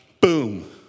Boom